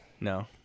No